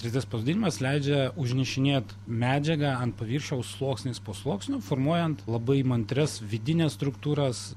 trys d spausdinimas leidžia užnešinėt medžiagą ant paviršiaus sluoksnis po sluoksnio formuojant labai įmantrias vidines struktūras